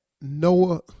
Noah